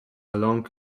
long